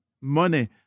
money